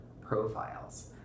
profiles